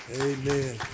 Amen